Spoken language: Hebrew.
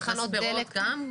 תחנות דלק,